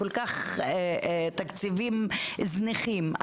תקציבים כל כך זניחים.